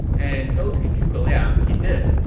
and go to zhuge liang he did.